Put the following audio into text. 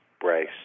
brace